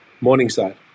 morningside